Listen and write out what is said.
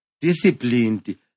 disciplined